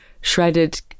shredded